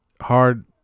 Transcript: hard